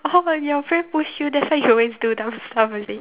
oh when your friend push you that's why you always do dumb stuff is it